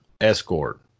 escort